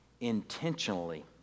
intentionally